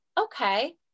okay